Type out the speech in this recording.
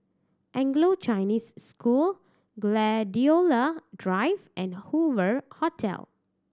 Anglo Chinese School Gladiola Drive and Hoover Hotel